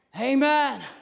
Amen